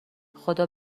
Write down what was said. خدا